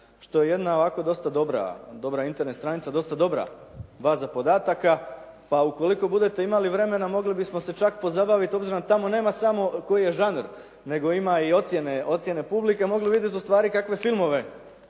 što je jedna ovako dosta dobra internet stranica, dosta dobra baza podataka, pa ukoliko budete imali vremena, mogli bismo se čak pozabaviti, obzirom da tamo nema samo koji je žanr, nego ima i ocjene publike, mogu vidjeti ustvari kakve filmove